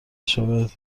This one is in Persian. شود